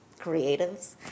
creatives